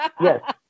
Yes